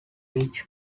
each